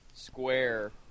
Square